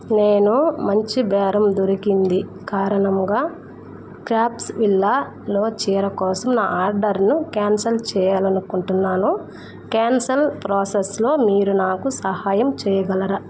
నేను మంచి బేరం దొరికింది కారణంముగా క్రాఫ్ట్స్విల్లాలో చీర కోసం నా ఆర్డర్ను క్యాన్సల్ చెయ్యాలనుకుంటున్నాను క్యాన్సల్ ప్రాసెస్లో మీరు నాకు సహాయం చెయ్యగలరా